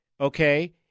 okay